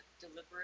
deliberate